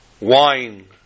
wine